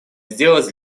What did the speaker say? сделать